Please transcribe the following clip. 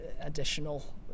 additional